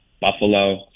Buffalo